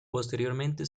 posteriormente